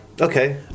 Okay